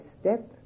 step